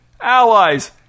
Allies